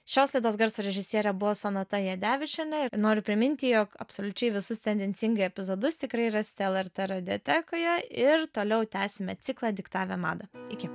šios laidos garso režisierė buvo sonata jadevičienė ir noriu priminti jog absoliučiai visus tendencingai epizodus tikrai rasite lrt radiotekoje ir toliau tęsiame ciklą diktavę madą iki